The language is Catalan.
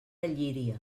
llíria